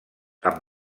amb